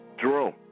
Jerome